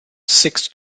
six